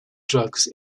drugs